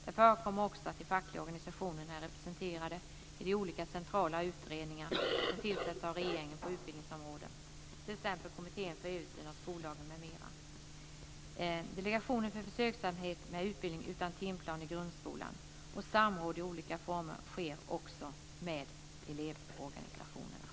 Det förekommer också att de fackliga organisationerna är representerade i olika centrala utredningar som tillsätts av regeringen på utbildningsområdet t.ex. kommittén för översyn av skollagen m.m., delegationen för försöksverksamhet med utbildning utan timplan i grundskolan. Samråd i olika former sker också med elevorganisationerna.